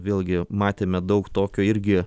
vėlgi matėme daug tokio irgi